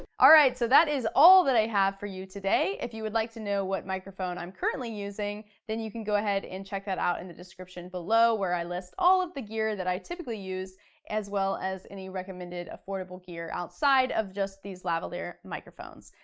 all right so that is all that i have for you today. if you would like to know what microphone i'm currently using, then you can go ahead and check that out in the description below where i list all of the gear that i typically use as well as any recommended affordable gear outside of just these lavalier microphones.